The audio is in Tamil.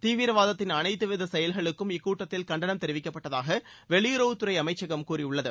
தீவிரவாதத்தின் அனைத்து வித செயல்களுக்கும் இக்கூட்டத்தில் கண்டனம் தெரிவிக்கப்பட்டதாக வெளியுறவு துறை அமைச்சகம் கூறியுள்ளது